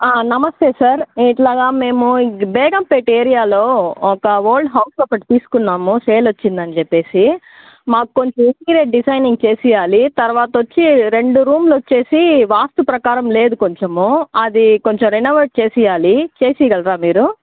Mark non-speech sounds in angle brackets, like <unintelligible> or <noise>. నమస్తే సార్ ఇట్లా మేము బేగంపేట్ ఏరియాలో ఒక ఓల్డ్ హౌస్ ఒకటి తీసుకున్నాము సేల్ వచ్చిందనిచెప్పేసి మాకు <unintelligible> ఇంటీరియర్ డిజైన్ చేసియ్యాలి తరువాత వచ్చి రెండు రూములు వచ్చేసి వాస్తు ప్రకారం లేదు కొంచెము అది కొంచెము రినోవేట్ చేసియ్యాలి చేసీవ్వ గలరా మీరు